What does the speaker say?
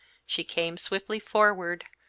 she came swiftly forward,